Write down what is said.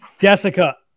jessica